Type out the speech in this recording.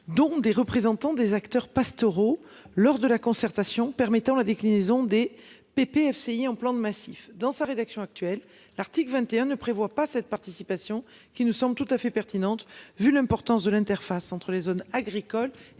dont des représentants des acteurs pastoraux lors de la concertation permettant la déclinaison des pépés FCI en plan massif dans sa rédaction actuelle. L'article 21 ne prévoit pas cette participation qui nous semble tout à fait pertinente. Vu l'importance de l'interface entre les zones agricoles